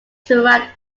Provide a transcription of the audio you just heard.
throughout